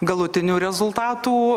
galutinių rezultatų